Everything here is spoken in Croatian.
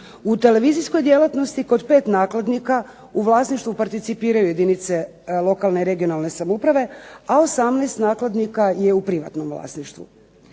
U televizijskoj djelatnosti kod pet nakladnika u vlasništvu participiraju jedinice lokalne i regionalne samouprave a 18 nakladnika je u privatnom vlasništvu.